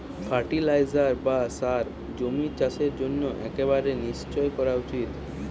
fertiliser বা সার জমির চাষের জন্য একেবারে নিশ্চই করা উচিত